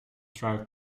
drive